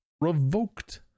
revoked